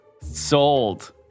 Sold